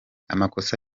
amakosa